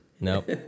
Nope